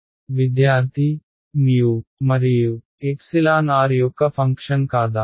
విద్యార్థి మరియు ε r యొక్క ఫంక్షన్ కాదా